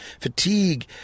fatigue